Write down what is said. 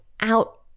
out